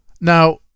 Now